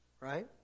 Right